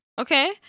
okay